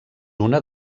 una